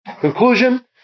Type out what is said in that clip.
Conclusion